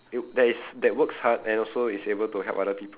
that is that works hard and also is able to help other people